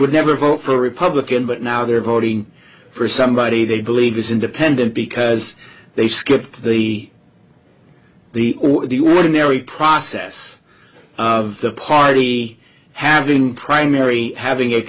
would never vote for a republican but now they're voting for somebody they believe is independent because they skipped the the or the ordinary process of the party having primary having a